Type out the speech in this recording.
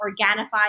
Organifi